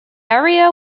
area